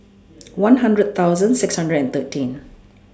one hundred thousand six hundred and thirteen